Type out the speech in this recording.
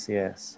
yes